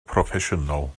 proffesiynol